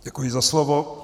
Děkuji za slovo.